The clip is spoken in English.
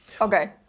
Okay